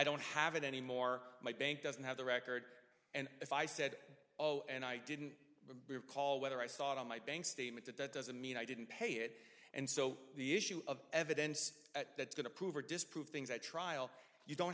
don't have it anymore my bank doesn't have the record and if i said oh and i didn't recall whether i saw it on my bank statement that that doesn't mean i didn't pay it and so the issue of evidence at that going to prove or disprove things at trial you don't